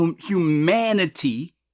humanity